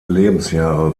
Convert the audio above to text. lebensjahre